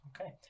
Okay